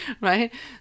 right